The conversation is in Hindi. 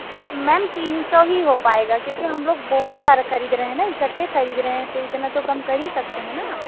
मैम तीन सौ ही हो पाएगा क्योंकि हम लोग बहुत सारा खरीद रहे हैं ना इकट्ठे खरीद रहे हैं तो इतना तो कम कर ही सकते हैं आप